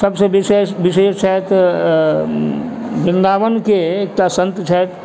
सबसँ विशेष छथि वृन्दावनके एकटा सन्त छथि